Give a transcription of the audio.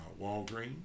Walgreens